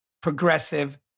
progressive